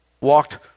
Walked